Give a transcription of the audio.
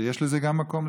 יש גם לזה מקום.